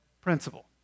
principle